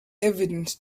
evident